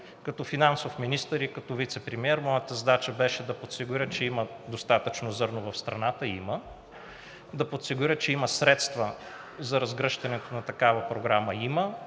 Като финансов министър и като вицепремиер моята задача беше да подсигуря, че има достатъчно зърно в страната – има, да подсигуря, че има средства за разгръщането на такава програма – има,